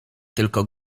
tylko